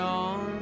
on